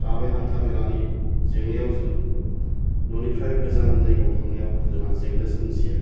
दा बे हान्था मेलानि जेंनायाव जों ननिफ्राय गोजान जायगायाव थांनायाव जोंहा जेंना सोमजियो